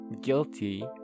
guilty